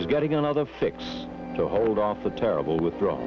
is getting another fix to hold up the terrible withdraw